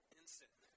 instant